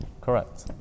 Correct